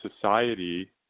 society